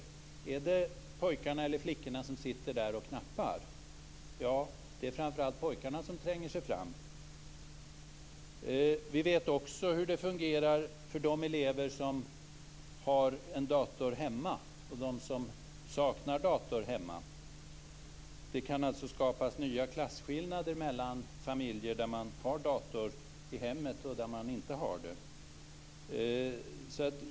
Är det pojkarna eller flickorna som sitter där och knappar? Det är framför allt pojkarna som tränger sig fram. Vi vet också hur det fungerar för de elever som har en dator hemma och de som saknar dator hemma. Det kan alltså skapas nya klasskillnader mellan familjer där man har dator i hemmet och där man inte har det.